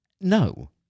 No